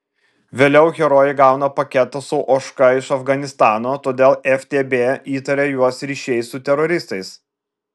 vėliau herojai gauna paketą su ožka iš afganistano todėl ftb įtaria juos ryšiais su teroristais